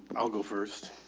i'll go first.